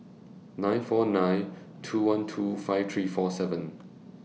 nine four nine two one two five three four seven